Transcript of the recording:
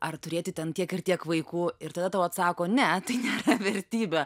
ar turėti ten tiek ir tiek vaikų ir tada tau atsako ne tai nėra vertybė